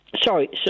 Sorry